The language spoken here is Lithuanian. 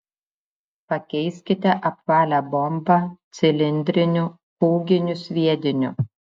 pakeiskite apvalią bombą cilindriniu kūginiu sviediniu